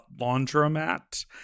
laundromat